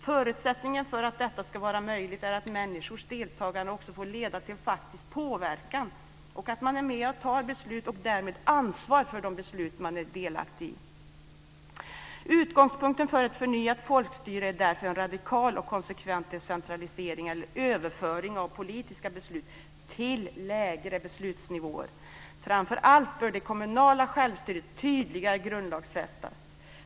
Förutsättningen för att detta ska vara möjligt är att människors deltagande också får leda till faktisk påverkan, att man är med och fattar beslut och därmed är ansvarig för de beslut man är delaktig i. Utgångspunkten för ett förnyat folkstyre är därför en radikal och konsekvent decentralisering eller överföring av politiska beslut till lägre beslutsnivåer. Framför allt bör det kommunala självstyret tydligare grundlagsfästas.